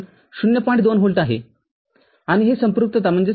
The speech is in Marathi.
२ व्होल्ट आहे आणि हे संपृक्तता ०